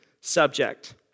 subject